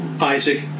Isaac